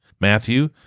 Matthew